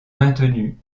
maintenus